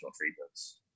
treatments